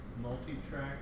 multi-track